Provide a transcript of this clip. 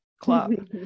club